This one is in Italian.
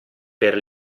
per